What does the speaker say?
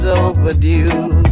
overdue